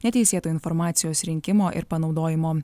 neteisėto informacijos rinkimo ir panaudojimo